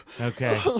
Okay